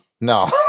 no